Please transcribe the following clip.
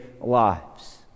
lives